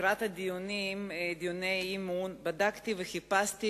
לקראת דיוני האי-אמון בדקתי וחיפשתי